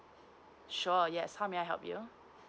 sure yes how may I help you